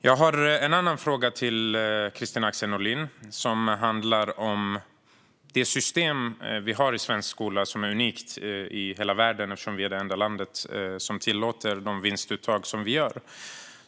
Jag har en fråga till Kristina Axén Olin som handlar om det system som vi har i svensk skola och som är unikt i världen eftersom vi är det enda land som tillåter sådana vinstuttag som vi gör.